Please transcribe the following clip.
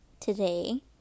today